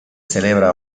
celebra